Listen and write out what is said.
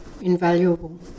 invaluable